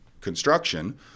construction